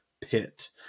pit